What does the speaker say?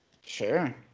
Sure